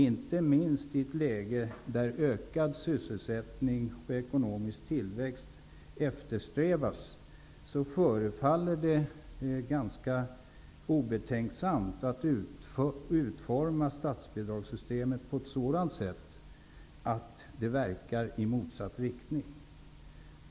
Inte minst i ett läge där ökad sysselsättning och ekonomisk tillväxt eftersträvas förefaller det ganska obetänksamt att utforma statsbidragssystemet på ett sådant sätt att det verkar i motsatt riktning.